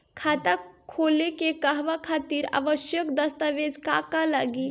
खाता खोले के कहवा खातिर आवश्यक दस्तावेज का का लगी?